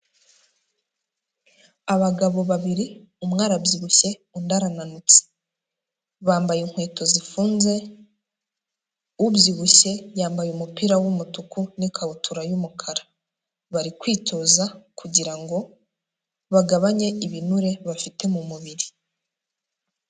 Abagabo babiri umwe arabyibushye undi arananutse, bambaye inkweto zifunze ubyibushye yambaye umupira w'umutuku n'ikabutura y'umukara, bari kwitoza kugira ngo bagabanye ibinure bafite mu mubiri.